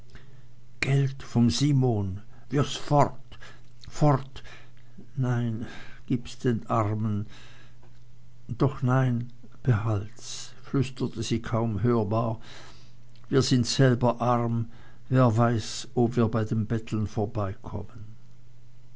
geld vom simon wirf's fort fort nein gib's den armen doch nein behalt's flüsterte sie kaum hörbar wir sind selber arm wer weiß ob wir bei dem betteln vorbeikommen